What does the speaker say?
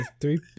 Three